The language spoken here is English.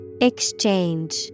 Exchange